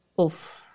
Oof